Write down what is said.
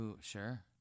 sure